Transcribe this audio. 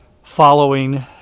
Following